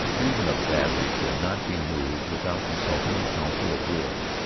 even a battery could not be moved without consulting a council of war.